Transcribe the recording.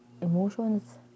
emotions